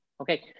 Okay